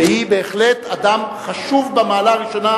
והיא בהחלט אדם חשוב מהמעלה הראשונה,